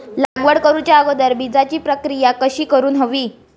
लागवड करूच्या अगोदर बिजाची प्रकिया कशी करून हवी?